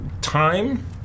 time